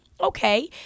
okay